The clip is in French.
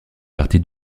partie